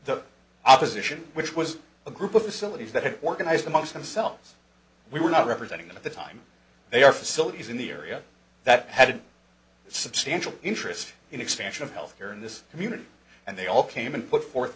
the opposition which was a group of facilities that had organized amongst themselves we were not representing it that they are facilities in the area that had substantial interest in expansion of health care in this community and they all came and put forth